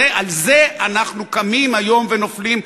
על זה אנחנו קמים היום ונופלים,